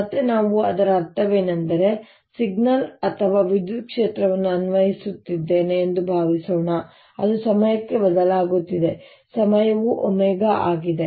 ಮತ್ತೆ ನಾವು ಅದರ ಅರ್ಥವೇನೆಂದರೆ ನಾನು ಸಿಗ್ನಲ್ ಅಥವಾ ವಿದ್ಯುತ್ ಕ್ಷೇತ್ರವನ್ನು ಅನ್ವಯಿಸುತ್ತಿದ್ದೇನೆ ಎಂದು ಭಾವಿಸೋಣ ಅದು ಸಮಯಕ್ಕೆ ಬದಲಾಗುತ್ತಿದೆ ಸಮಯವು ω ಆಗಿದೆ